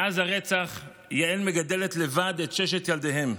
מאז הרצח יעל מגדלת לבד את ששת ילדיהם.